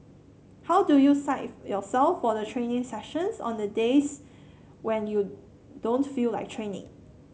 how do you psych yourself for the training sessions on the days when you don't feel like training